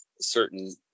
certain